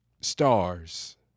stars